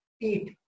Eat